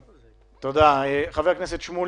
או למשל אוכלוסיות מוחלשות,